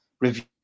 review